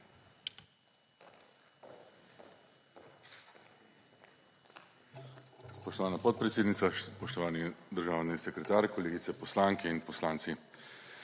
Spoštovana podpredsednica, spoštovani državni sekretar, kolegice poslanke in poslanci!